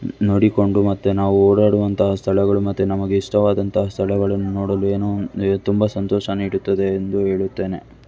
ನೋಡಿಕೊಂಡು ಮತ್ತು ನಾವು ಓಡಾಡುವಂತಹ ಸ್ಥಳಗಳು ಮತ್ತು ನಮಗೆ ಇಷ್ಟವಾದಂತಹ ಸ್ಥಳಗಳನ್ನು ನೋಡಲು ಏನೋ ತುಂಬ ಸಂತೋಷ ನೀಡುತ್ತದೆ ಎಂದು ಹೇಳುತ್ತೇನೆ